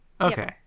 Okay